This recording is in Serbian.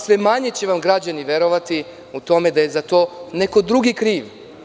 Sve manje će vam građani verovati o tome da je za to neko drugi kriv.